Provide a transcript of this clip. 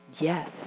yes